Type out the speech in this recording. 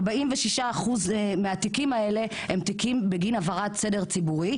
ש-46% מהתיקים האלה הם תיקים בגין הפרת סדר ציבורי,